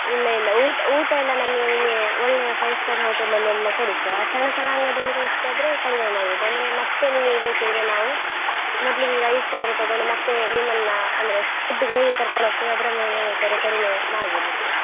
ಇಲ್ಲ ಇಲ್ಲ ಊಟ ಊಟವೆಲ್ಲ ನಮಗೆ ನಿಮಗೆ ಒಳ್ಳೆಯ ಫೈ ಸ್ಟಾರ್ ಹೋಟಲಲ್ಲೆಲ್ಲ ಕೊಡಿಸುವ ಸಣ್ಣ ಸಣ್ಣ ಅಂಗಡಿಯಲ್ಲಿ ಕೊಡ್ಸೋದಾದ್ರೆ ಕಡಿಮೆ ಮಾಡ್ಬೌದು ಅಂದರೆ ಮತ್ತೆ ನಿಮಗೆ ಬೇಕಿದ್ದರೆ ನಾವು ಮೊದಲಿಗೆ ಈಗ ಐದು ಸಾವಿರ ತಗೊಂಡು ಮತ್ತೆ ನಿಮ್ಮನ್ನು ಅಂದರೆ ಫುಡ್ಡಿಗೆ ಹೇಗೆ ಕರ್ಕೊಂಡೊಗ್ತೇವೆ ಅದರ ಮೇಲೆ ಬೇಕಾದ್ರೆ ಕಡಿಮೆ ಮಾಡ್ಬೋದು ಇದನ್ನು